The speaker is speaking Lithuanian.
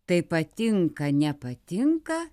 tai patinka nepatinka